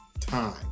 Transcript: time